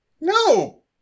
No